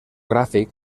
gràfic